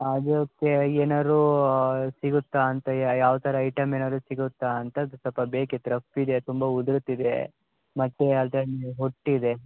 ಅದಕ್ಕೆ ಏನಾದ್ರೂ ಸಿಗುತ್ತ ಅಂತ ಯಾವ ಥರ ಐಟಮ್ ಏನಾದ್ರು ಸಿಗುತ್ತ ಅಂತದ್ದು ಸ್ವಲ್ಪ ಬೇಕಿತ್ತು ರಫ್ ಇದೆ ತುಂಬ ಉದ್ರುತಿದೆ ಮತ್ತೆ ಅದರಲ್ಲಿ ಹೊಟ್ಟಿದೆ